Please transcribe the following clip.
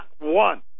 one